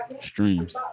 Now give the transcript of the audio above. streams